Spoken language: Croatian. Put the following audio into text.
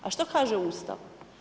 A što kaže Ustav?